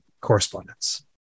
correspondence